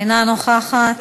אינה נוכחת.